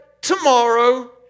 tomorrow